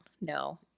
No